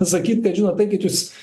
sakyt kad žinot eikit jūs